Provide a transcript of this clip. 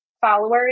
followers